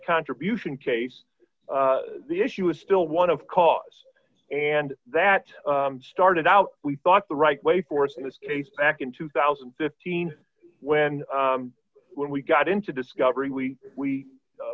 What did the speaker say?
contribution case the issue is still one of cause and that started out we thought the right way for us in this case back in two thousand and fifteen when when we got into discovery we we